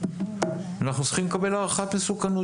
אנחנו צריכים לקבל הערכת מסוכנות.